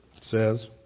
says